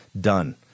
done